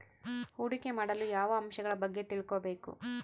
ಹೂಡಿಕೆ ಮಾಡಲು ಯಾವ ಅಂಶಗಳ ಬಗ್ಗೆ ತಿಳ್ಕೊಬೇಕು?